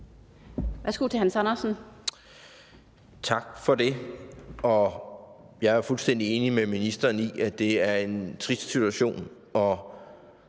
Tak for det. Jeg er fuldstændig enig med ministeren i, at det er en trist situation.